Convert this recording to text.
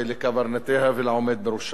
לקברניטיה ולעומד בראשה.